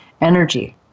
energy